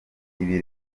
ibi